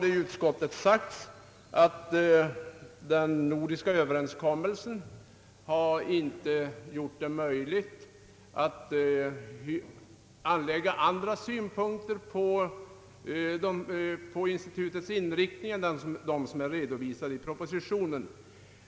I utskottet har sagts att den nordiska överenskommelsen inte har gjort det möjligt att anlägga andra synpunkter på institutets inriktning än de som är redovisade i propositionen.